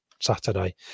Saturday